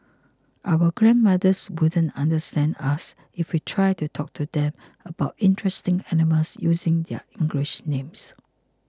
our grandmothers wouldn't understand us if we tried to talk to them about interesting animals using their English names